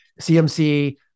CMC